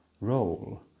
role